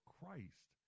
Christ